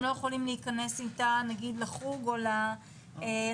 לא יכולים להיכנס איתה נגיד לחוג או לתיאטרון.